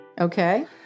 Okay